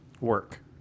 work